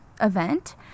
event